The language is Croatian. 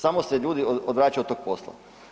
Samo se ljudi odvraćaju od tog posla.